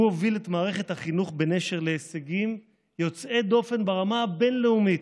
הוא הוביל את מערכת החינוך בנשר להישגים יוצאי דופן ברמה הבין-לאומית,